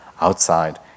Outside